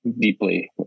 deeply